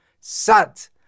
sat